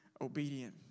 obedient